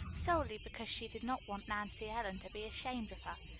solely because she did not want nancy ellen to be ashamed of her.